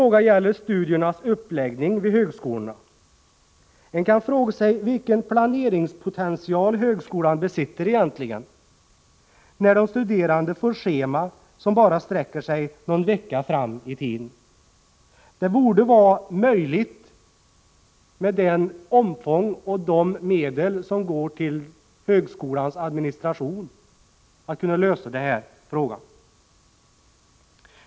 Ett problem är studiernas uppläggning vid högskolorna. Man kan fråga sig vilken planeringspotential högskolan egentligen besitter, när de studerande får scheman som bara sträcker sig någon vecka fram i tiden. Med tanke på omfånget på högskolans administration och de medel som går till administrativa ändamål borde det vara möjligt att lösa detta problem.